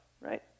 right